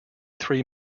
three